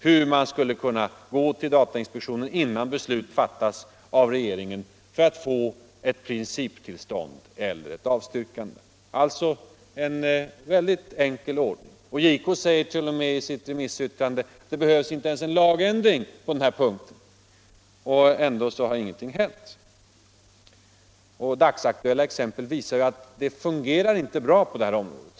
För att få ett principtillstånd eller ett avstyrkande kunde regeringen ha gått till datainspektionen innan beslut fattades — en väldigt enkel ordning. JK säger t. 0. m. i sitt remissyttrande att det inte behövs en lagändring på denna punkt. Ändå har ingenting hänt. Dagsaktuella exempel visar att det inte fungerar bra på detta område.